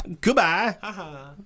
Goodbye